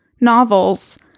novels